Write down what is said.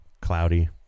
cloudy